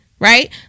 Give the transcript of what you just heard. Right